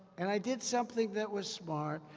and i did something that was smart,